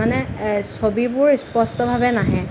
মানে ছবিবোৰ স্পষ্টভাৱে নাহে